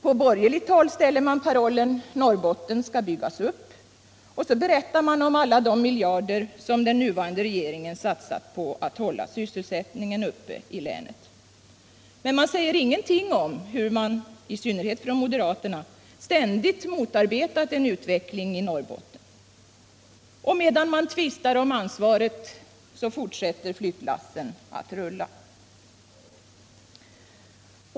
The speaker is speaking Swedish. På borgerligt håll ställer man parollen ” Norrbotten skall byggas upp” och berättar om alla de miljarder som den nuvarande regeringen satsat på att hålla sysselsättningen uppe i länet. Men man säger ingenting om hur man — i synnerhet från moderaterna — ständigt motarbetat en utveckling i Norrbotten. Och medan man tvistar om ansvaret så fortsätter flyttlassen att rulla.